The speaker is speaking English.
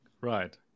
Right